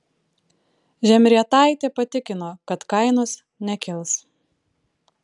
žemrietaitė patikino kad kainos nekils